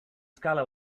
scala